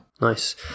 Nice